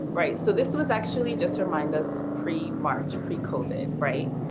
right. so this was actually just to remind us pre march, pre covid. right.